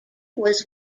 was